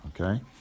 Okay